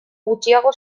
gutxiago